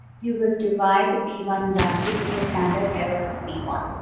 you will divide the b one value with the standard error of b one.